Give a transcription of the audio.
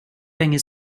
länge